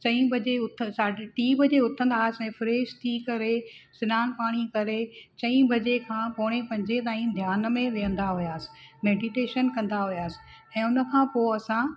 चईं बजे उथ साढी टीं बजे उथंदासीं ऐं फ्रेश थी करे सनानु पाणी करे चईं बजे खां पौणे पंजे ताईं ध्यान में वेहंदा हुआसीं मैडिटेशन कंदा हुआसीं ऐं उनखां पोइ असां